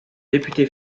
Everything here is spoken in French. député